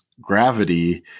gravity